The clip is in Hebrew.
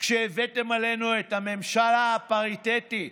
כשהבאתם עלינו את הממשלה הפריטטית,